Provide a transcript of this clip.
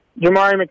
Jamari